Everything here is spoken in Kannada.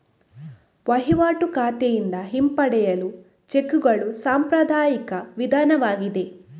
ವಹಿವಾಟು ಖಾತೆಯಿಂದ ಹಿಂಪಡೆಯಲು ಚೆಕ್ಕುಗಳು ಸಾಂಪ್ರದಾಯಿಕ ವಿಧಾನವಾಗಿದೆ